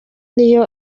niyo